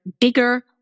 bigger